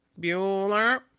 Bueller